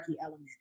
element